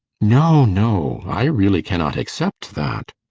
no, no i really cannot accept that.